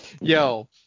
Yo